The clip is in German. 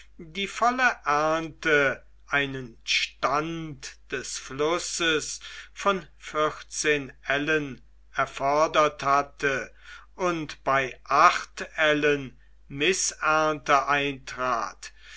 die volle ernte einen stand des flusses von vierzehn ellen erfordert hatte und bei acht ellen mißernte eintrat